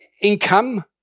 income